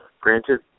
Granted